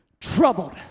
troubled